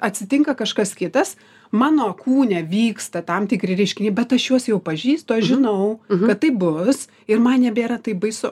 atsitinka kažkas kitas mano kūne vyksta tam tikri reiškiniai bet aš juos jau pažįstu aš žinau kad taip bus ir man nebėra taip baisu